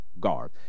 guard